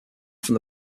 from